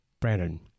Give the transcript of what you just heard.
Brandon